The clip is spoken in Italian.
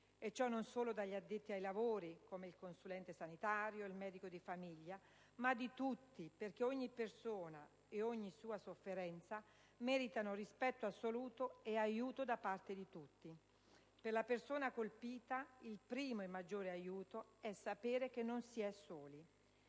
e ciò, non solo dagli addetti ai lavori, come il consulente sanitario e il medico di famiglia, ma di tutti, perché ogni persona e ogni sua sofferenza meritano rispetto assoluto e aiuto da parte di tutti. Per la persona colpita, il primo e maggiore aiuto è sapere che non si è soli.